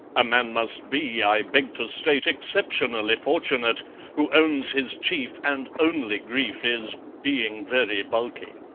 a man must be, i beg to state, exceptionally fortunate who owns his chief and only grief is being very bulky.